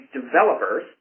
developers